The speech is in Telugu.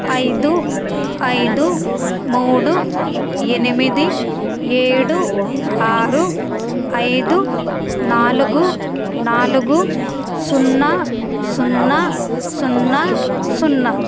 ఐదు ఐదు మూడు ఎనిమిది ఏడు ఆరు ఐదు నాలుగు నాలుగు సున్నా సున్నా సున్నా సున్నా